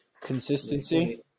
Consistency